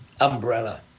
umbrella